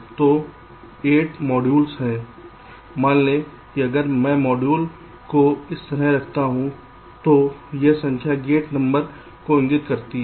तो 8 मॉड्यूल हैं मान लें कि अगर मैं मॉड्यूल को इस तरह रखता हूं तो यह संख्या गेट नंबर को इंगित करती है